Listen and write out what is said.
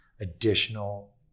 additional